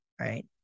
right